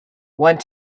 want